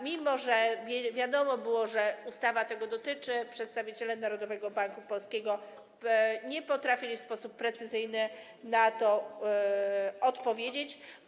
Mimo że wiadomo było, że ustawa tego dotyczy, przedstawiciele Narodowego Banku Polskiego nie potrafili w sposób precyzyjny na to odpowiedzieć.